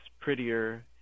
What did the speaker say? prettier